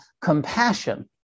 compassion